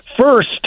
first